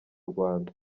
rwanda